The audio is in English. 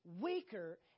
weaker